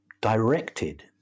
directed